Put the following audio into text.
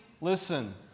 listen